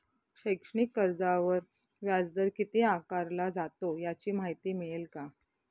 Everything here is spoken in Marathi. शैक्षणिक कर्जावर व्याजदर किती आकारला जातो? याची माहिती मिळेल का?